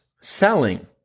selling